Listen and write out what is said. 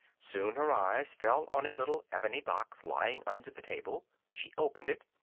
soon her eyes fell on a little ebony box lying under the table she opened it,